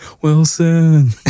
Wilson